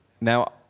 Now